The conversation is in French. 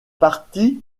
parti